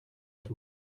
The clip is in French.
tout